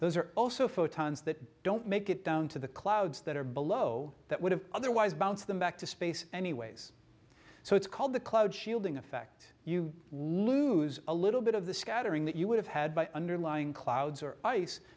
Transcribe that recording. those are also photons that don't make it down to the clouds that are below that would have otherwise bounce them back to space anyways so it's called the cloud shielding effect you lose a little bit of the scattering that you would have had by underlying clouds or ice